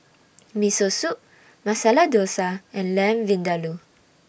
Miso Soup Masala Dosa and Lamb Vindaloo